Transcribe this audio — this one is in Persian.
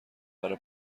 برا